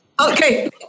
Okay